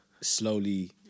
slowly